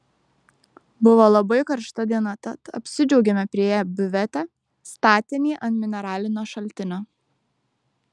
buvo labai karšta diena tad apsidžiaugėme priėję biuvetę statinį ant mineralinio šaltinio